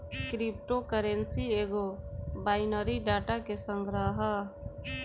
crypto currency एगो binary data के संग्रह ह